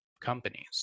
companies